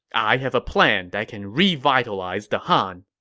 i have a plan that can revitalize the han.